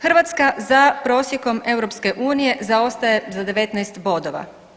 Hrvatska za prosjekom EU zaostaje za 19 bodova.